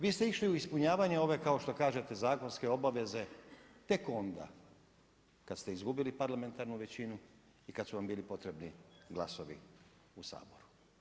Vi ste išli u ispunjavanje ove, kao što kažete zakonske obaveze, tek onda, kad ste izgubili parlamentarnu većinu i kad su vam bili potrebni glasovi u Saboru.